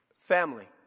Family